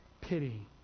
pity